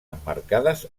emmarcades